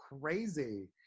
crazy